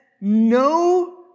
no